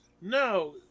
No